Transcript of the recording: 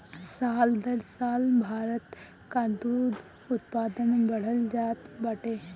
साल दर साल भारत कअ दूध उत्पादन बढ़ल जात बाटे